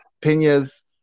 Pena's